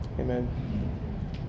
Amen